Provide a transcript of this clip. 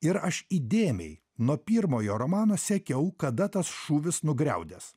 ir aš įdėmiai nuo pirmojo romano sekiau kada tas šūvis nugriaudės